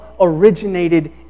originated